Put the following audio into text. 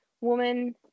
woman